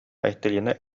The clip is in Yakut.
айталина